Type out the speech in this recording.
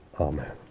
Amen